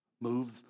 move